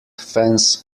fence